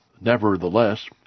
Nevertheless